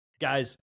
Guys